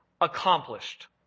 accomplished